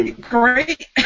Great